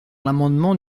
l’amendement